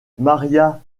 maria